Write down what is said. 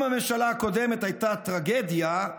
אם הממשלה הקודמת הייתה טרגדיה,